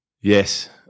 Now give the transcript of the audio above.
Yes